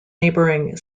neighbouring